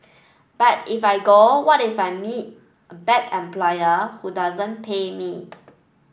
but if I go what if I meet a bad employer who doesn't pay me